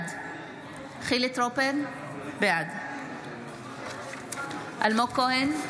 בעד חילי טרופר, בעד אלמוג כהן,